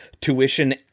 tuition